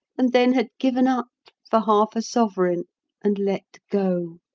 and then had given up for half a sovereign and let go!